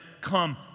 come